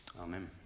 Amen